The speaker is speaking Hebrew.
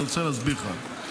אני רוצה להסביר לך.